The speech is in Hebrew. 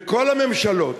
וכל הממשלות,